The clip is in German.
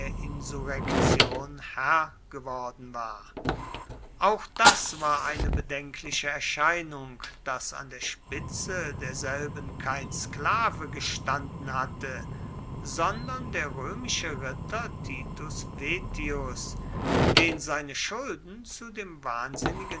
insurrektion herr geworden war auch das war eine bedenkliche erscheinung daß an der spitze derselben kein sklave gestanden hatte sondern der römische ritter titus vettius den seine schulden zu dem wahnsinnigen